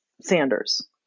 Sanders